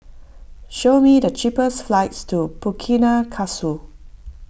show me the cheapest flights to Burkina